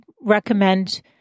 recommend